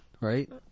right